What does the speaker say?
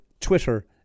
Twitter